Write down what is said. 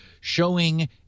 showing